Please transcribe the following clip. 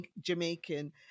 Jamaican